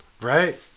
Right